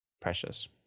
precious